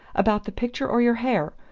about the picture or your hair?